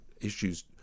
issues